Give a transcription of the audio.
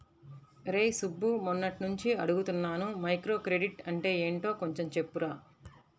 రేయ్ సుబ్బు, మొన్నట్నుంచి అడుగుతున్నాను మైక్రోక్రెడిట్ అంటే యెంటో కొంచెం చెప్పురా